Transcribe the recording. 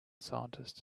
scientist